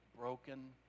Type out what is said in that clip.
broken